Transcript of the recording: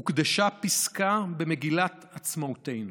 הוקדשה פסקה במגילת עצמאותנו.